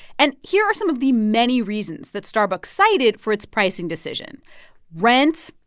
and here are some of the many reasons that starbucks cited for its pricing decision rent,